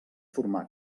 formar